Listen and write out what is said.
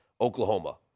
Oklahoma